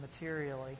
materially